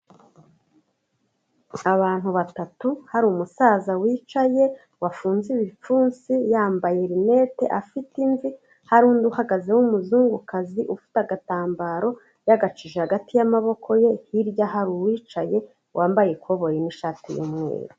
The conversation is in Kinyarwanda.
Abantu batatu, hari umusaza wicaye, wafunze ibipfunsi, yambaye rinete, afite imvi, hari undi uhagaze w'umuzungukazi, ufite agatambaro yagacije hagati y'amaboko ye, hirya hari uwicaye wambaye ikoboyi n'ishati y'umweru.